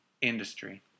industry